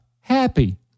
happy